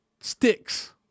sticks